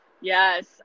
Yes